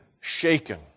shaken